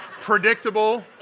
predictable